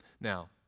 Now